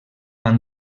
han